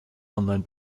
online